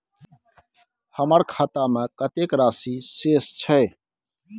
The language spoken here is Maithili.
हमर खाता में कतेक राशि शेस छै?